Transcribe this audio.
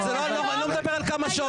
אני לא מדבר על כמה שעות.